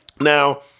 Now